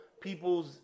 people's